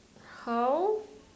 how